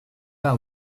pas